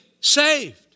saved